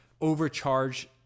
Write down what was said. overcharge